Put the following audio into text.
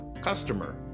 customer